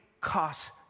cost